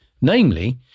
namely